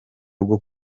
rwo